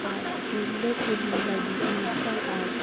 ᱟᱨ ᱛᱤᱨᱞᱟᱹ ᱠᱚᱦᱚᱸ ᱞᱟᱹᱜᱤᱜ ᱢᱟᱨᱥᱟᱞ ᱟᱸᱴ